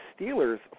Steelers